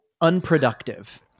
unproductive